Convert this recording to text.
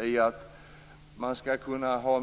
Varför skall man kunna ha